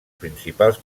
principals